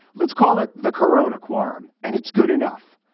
let's call it the carone, a quorum. and it's good enough.